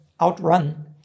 outrun